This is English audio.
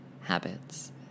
habits